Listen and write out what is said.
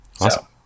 Awesome